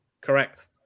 Correct